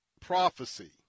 prophecy